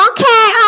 okay